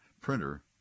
printer